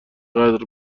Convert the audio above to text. قدر